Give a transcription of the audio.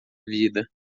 vida